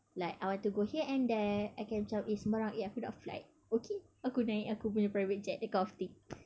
like I want to go here and there I can macam eh sembarang eh aku nak flight okay aku naik aku punya private jet that kind of thing